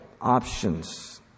options